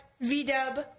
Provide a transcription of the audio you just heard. V-dub